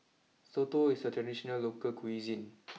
Soto is a traditional local cuisine